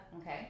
Okay